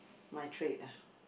my trait ah